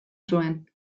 zuen